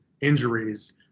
injuries